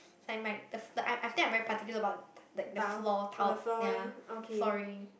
I might the I I think I very particular about the the floor tile ya sorry